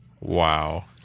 Wow